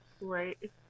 Right